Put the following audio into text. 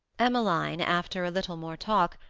emmeline, after a little more talk,